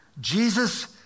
Jesus